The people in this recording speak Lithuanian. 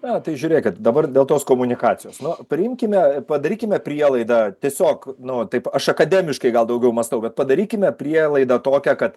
na tai žiūrėkit dabar dėl tos komunikacijos nu priimkime padarykime prielaidą tiesiog nu va taip aš akademiškai gal daugiau mąstau kad padarykime prielaidą tokią kad